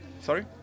Sorry